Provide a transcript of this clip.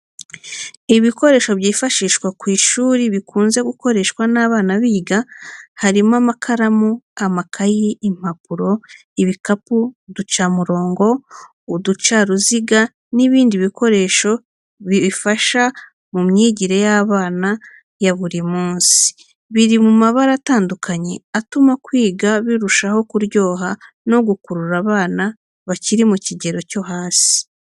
Ibikoresho byifashishwa ku ishuri bikunze gukoreshwa n’abana biga. Harimo amakaramu, amakaye, impapuro, ibikapu, uducamurongo, uducaruziga n’ibindi bikoresho bifasha mu myigire y’abana ya buri munsi. Biri mu mabara atandukanye atuma kwiga birushaho kuryoha no gukurura abana bakiri mu kigero cyo hasi.